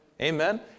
Amen